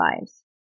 lives